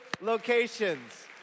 locations